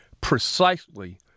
precisely